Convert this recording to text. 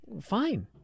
fine